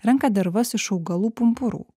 renka dervas iš augalų pumpurų